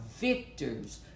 victors